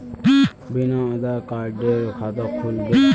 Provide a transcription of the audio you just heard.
बिना आधार कार्डेर खाता खुल बे?